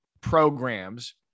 programs